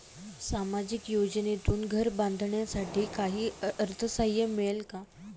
सामाजिक योजनेतून घर बांधण्यासाठी काही अर्थसहाय्य मिळेल का?